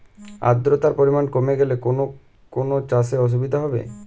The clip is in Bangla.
আদ্রতার পরিমাণ কমে গেলে কোন কোন চাষে অসুবিধে হবে?